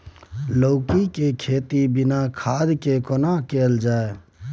लौकी के खेती बिना खाद के केना कैल जाय?